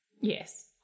yes